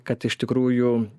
kad iš tikrųjų